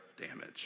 damage